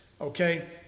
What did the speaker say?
okay